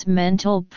mental